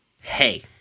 Hey